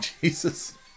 Jesus